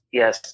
yes